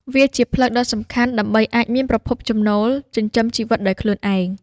វាជាផ្លូវដ៏សំខាន់ដើម្បីអាចមានប្រភពចំណូលចិញ្ចឹមជីវិតដោយខ្លួនឯង។